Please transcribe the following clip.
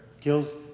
kills